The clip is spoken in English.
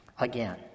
again